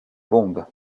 bombe